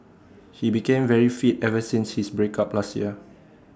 he became very fit ever since his break up last year